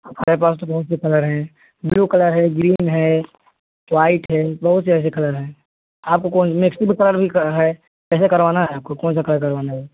हमारे पास तो बहुत से कलर हैं ब्लू कलर है ग्रीन है व्हाइट है बहुत से ऐसे कलर हैं आपको कौन का है कैसे करवाना है कौन सा कलर करवाना है